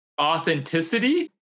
Authenticity